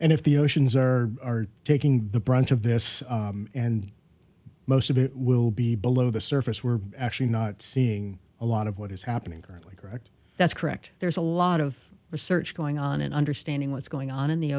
and if the oceans are taking the brunt of this and most of it will be below the surface we're actually not seeing a lot of what is happening currently that's correct there's a lot of research going on in understanding what's going on in the